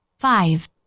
Five